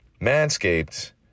Manscaped